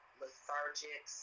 lethargic